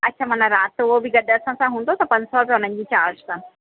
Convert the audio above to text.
अच्छा माना राति उहो बि गॾु असां सां हूंदो त पंज सौ रुपया हुननि जी चार्ज अथनि